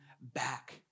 back